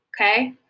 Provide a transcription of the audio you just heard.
okay